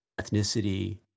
ethnicity